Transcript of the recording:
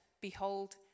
behold